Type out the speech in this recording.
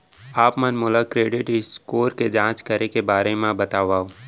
आप मन मोला क्रेडिट स्कोर के जाँच करे के बारे म बतावव?